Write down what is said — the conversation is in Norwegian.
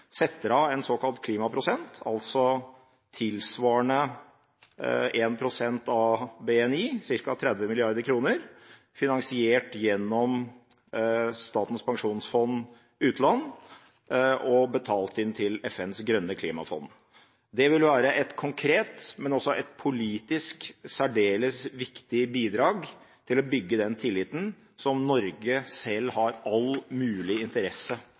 av en såkalt klimaprosent, altså tilsvarende 1 pst. av BNI, ca. 30 mrd. kr, finansiert gjennom Statens pensjonsfond utland og betalt inn til FNs grønne klimafond. Det vil være et konkret, men også et politisk særdeles viktig bidrag til å bygge den tilliten som Norge selv har all mulig interesse